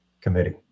committee